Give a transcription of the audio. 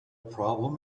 problem